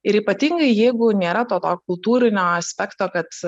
ir ypatingai jeigu nėra to to kultūrinio aspekto kad